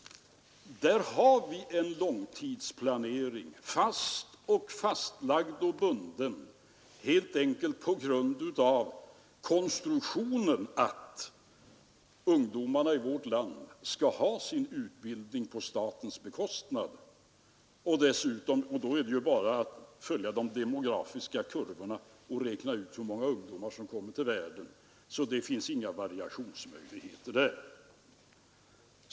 Där har vi en fastlagd och bunden långtidsplanering helt enkelt på grund av den automatik som ligger i att ungdomarna i vårt land skall ha sin utbildning på statens bekostnad. Då är det ju bara att följa de demografiska kurvorna och räkna ut hur många ungdomar som kommer att börja i skolorna. Det finns alltså inga variationsmöjligheter i det avseendet.